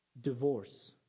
Divorce